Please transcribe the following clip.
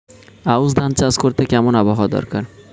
আউশ ধান চাষ করতে কেমন আবহাওয়া দরকার?